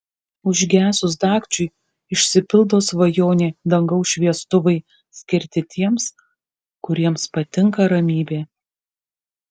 užgesus dagčiui išsipildo svajonė dangaus šviestuvai skirti tiems kuriems patinka ramybė